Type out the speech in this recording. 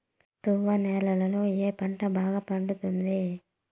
తువ్వ నేలలో ఏ పంట బాగా పండుతుంది?